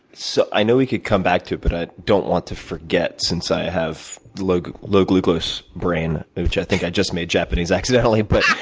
so, i know we could come back to it, but i don't want to forget, since i have low low glucose brain, which i think i just made japanese accidentally, but